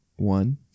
One